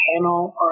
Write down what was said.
panel